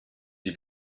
die